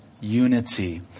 unity